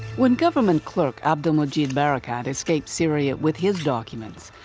when government clerk abdel-majid barakat escape syria with his documents,